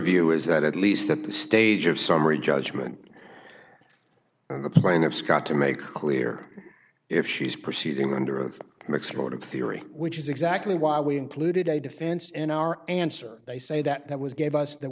view is that at least at the stage of summary judgment and the plaintiff's got to make clear if she's proceeding under oath and exploded theory which is exactly why we included a defense in our answer they say that that was gave us that